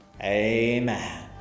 Amen